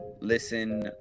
listen